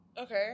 Okay